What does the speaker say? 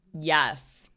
Yes